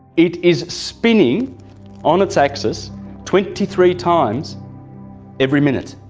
it is spinning on its axis twenty three times every minute.